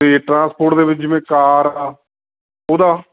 ਅਤੇ ਟਰਾਂਸਪੋਰਟ ਦੇ ਵਿੱਚ ਜਿਵੇਂ ਕਾਰ ਆ ਉਹਦਾ